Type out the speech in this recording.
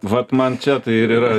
vat man čia tai ir yra